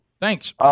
Thanks